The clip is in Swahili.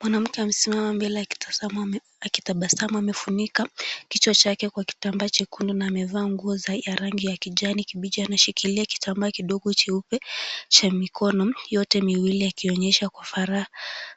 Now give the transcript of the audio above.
Mwanamke amesimama mbele akitabasamu amefunika kichwa chake kwa kitambaa chekundu na amevaa nguo ya rangi ya kijani kibichi. Anashikilia kitambaa kidogo cheupe cha mikono yote miwili akionyesha kwa